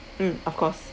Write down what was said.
mm of course